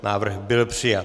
Návrh byl přijat.